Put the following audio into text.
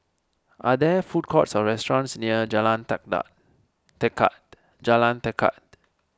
are there food courts or restaurants near Jalan Tekad Jalan Tekad